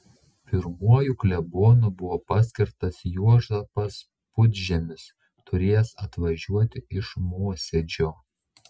pirmuoju klebonu buvo paskirtas juozapas pudžemis turėjęs atvažiuoti iš mosėdžio